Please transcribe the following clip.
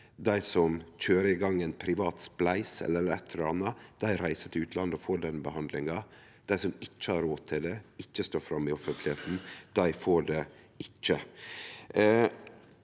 dei som køyrer i gang ein privat spleis eller eit eller anna, dei reiser til utlandet og får den behandlinga. Dei som ikkje har råd til det, og som ikkje står fram i offentlegheita, dei får det ikkje.